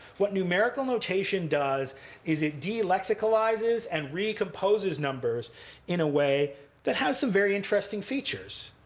what numerical notation does is it delexicalizes and recomposes numbers in a way that has some very interesting features.